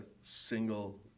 single –